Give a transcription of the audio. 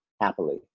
happily